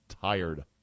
tired